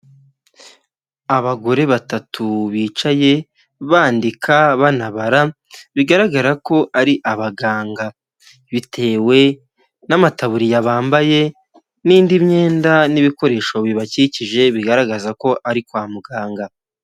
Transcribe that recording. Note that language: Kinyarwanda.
Abagore batatu bicaye bandika banabara, bigaragara ko ari abaganga, bitewe n'amataburiya bambaye n'indi myenda n'ibikoresho bibakikije bigaragaza ko ari kwa muganga.